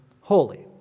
holy